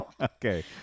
Okay